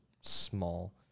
small